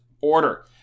order